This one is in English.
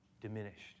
diminished